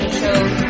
shows